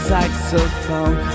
saxophone